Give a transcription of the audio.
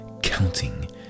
counting